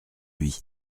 lui